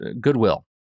goodwill